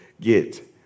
get